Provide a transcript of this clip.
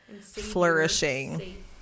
flourishing